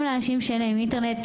גם לאנשים שאין להם אינטרנט,